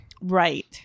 right